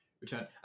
return